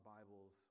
Bibles